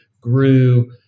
grew